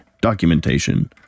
documentation